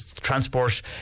Transport